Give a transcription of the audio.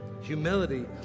Humility